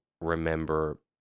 remember